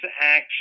action